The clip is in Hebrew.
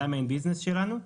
זה העיסוק העיקרי שלנו,